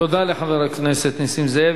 תודה לחבר הכנסת נסים זאב.